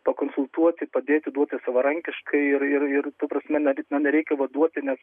pakonsultuoti padėti duoti savarankiškai ir ir ta prasme na reikia vaduoti nes